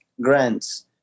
grants